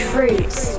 Fruits